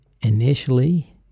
Initially